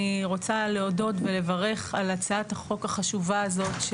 אני רוצה לברך על הצעת החוק החשובה הזאת.